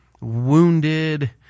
wounded